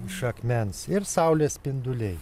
iš akmens ir saulės spinduliai